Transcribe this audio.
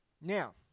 Now